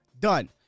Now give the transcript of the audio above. done